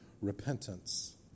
repentance